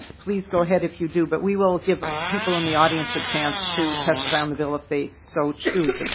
please go ahead if you do but we will give people in the audience a chance to testify on the bill if they so choose.